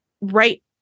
right